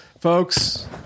folks